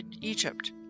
Egypt